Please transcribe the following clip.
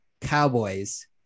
Cowboys